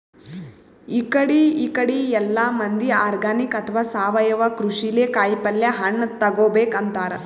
ಇಕಡಿ ಇಕಡಿ ಎಲ್ಲಾ ಮಂದಿ ಆರ್ಗಾನಿಕ್ ಅಥವಾ ಸಾವಯವ ಕೃಷಿಲೇ ಕಾಯಿಪಲ್ಯ ಹಣ್ಣ್ ತಗೋಬೇಕ್ ಅಂತಾರ್